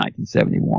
1971